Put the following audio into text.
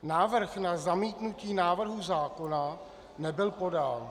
Návrh na zamítnutí návrhu zákona nebyl podán.